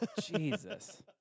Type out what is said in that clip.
Jesus